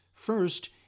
First